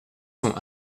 sont